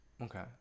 Okay